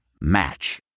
Match